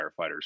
firefighters